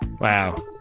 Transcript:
wow